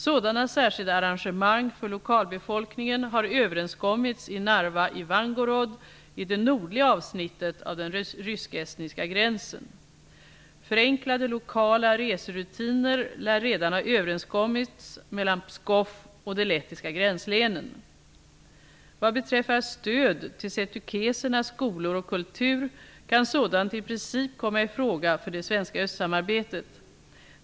Sådana särskilda arrangemang för lokalbefolkningen har överenskommits i Narva-Ivangorod i det nordliga avsnittet av den rysk-estniska gränsen. Förenklade lokala reserutiner lär redan ha överenskommits mellan Pskov och de lettiska gränslänen. Vad beträffar stöd till setukesernas skolor och kultur kan sådant i princip komma i fråga för det svenska östsamarbetet.